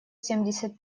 семьдесят